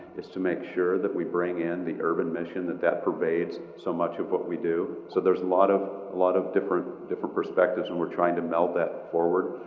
is to make sure that we bring in the urban mission, that that pervades so much of what we do. so there's a lot of, a lot of different different perspectives and we're trying to melt that forward.